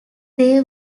they